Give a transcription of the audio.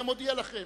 אודיע לכם.